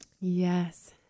Yes